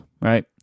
right